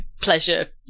pleasure